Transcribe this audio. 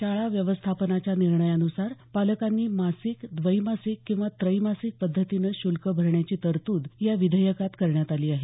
शाळा व्यवस्थापनाच्या निर्णयानुसार पालकांनी मासिक द्वैमासिक किंवा त्रैमासिक पद्धतीनं शुल्क भरण्याची तरतूद या विधेयकात करण्यात आली आहे